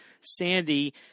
Sandy